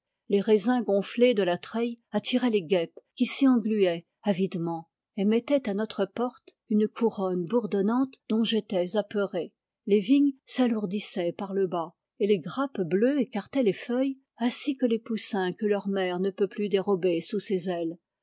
les raisins gonflés de la treille attiraient les guêpes qui s'y engluaient avidement et mettaient à notre porte une couronne bour donnante dont j'étais apeuré les vignes s'alourdissaient par le bas et les grappes bleues écartaient les feuilles ainsi que les poussins que leur mère ne peut plus dérober sous ses ailes